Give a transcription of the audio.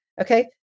Okay